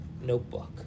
notebook